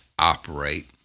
operate